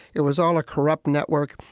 it was all a corrupt network.